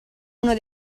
uno